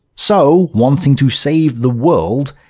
so, wanting to save the world,